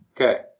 Okay